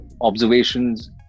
observations